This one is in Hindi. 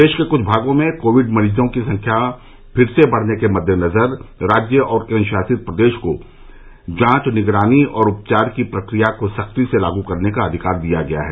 देश के कुछ भागों में कोविड मरीजों की संख्या फिर से बढ़ने के मद्देनजर राज्य और केन्द्रशासित प्रदेशों को जांच निगरानी और उपचार की प्रक्रिया को सख्ती से लागू करने का अधिकार दिया गया है